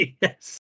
Yes